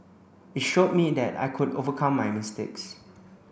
it showed me that I could overcome my mistakes